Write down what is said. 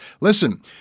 Listen